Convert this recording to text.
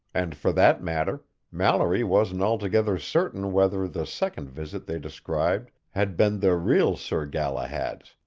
and for that matter, mallory wasn't altogether certain whether the second visit they described had been the real sir galahad's,